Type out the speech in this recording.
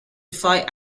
fight